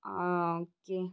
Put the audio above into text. ആ ഓക്കെ